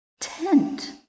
tent